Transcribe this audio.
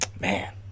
Man